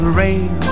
rain